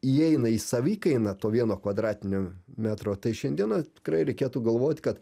įeina į savikainą to vieno kvadratinio metro tai šiandieną tikrai reikėtų galvot kad